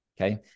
okay